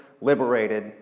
liberated